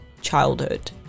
childhood